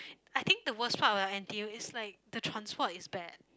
I think the worst part about N_T_U is like the transport is bad